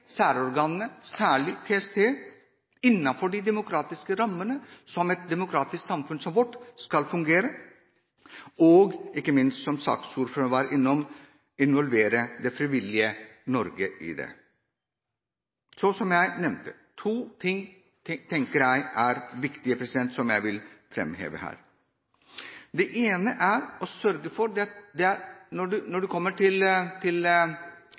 særorganene, særlig PST, innenfor de demokratiske rammene, slik et demokratisk samfunn som vårt skal fungere, og ikke minst – som saksordføreren var innom – involvere det frivillige Norge i det. Som jeg nevnte, er det to ting jeg tenker er viktige, som jeg vil framheve her. Når det kommer til